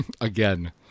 Again